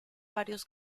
varios